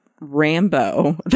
rambo